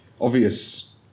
obvious